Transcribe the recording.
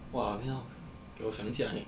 !wah! 要给我想一下 eh